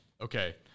Okay